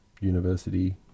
university